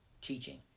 teaching